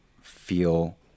feel